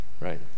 right